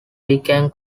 became